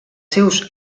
seus